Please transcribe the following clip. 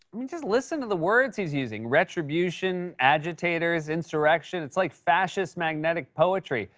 i mean, just listen to the words he's using retribution, agitators, insurrection. it's like fascist magnetic poetry.